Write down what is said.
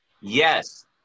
Yes